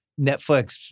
Netflix